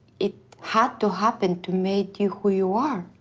it had to happen to make you who you are.